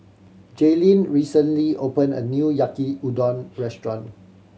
Jailyn recently opened a new Yaki Udon Restaurant